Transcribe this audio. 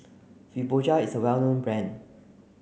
Fibogel is a well known brand